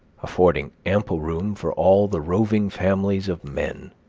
affording ample room for all the roving families of men.